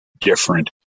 different